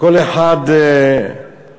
כל אחד בבית-ספרו,